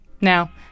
Now